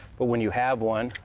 but when you have one,